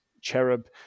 Cherub